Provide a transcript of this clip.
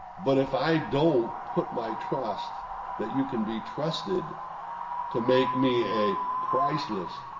but if i don't put, my trust that you can be trusted to, make me a priceless